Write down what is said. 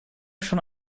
schon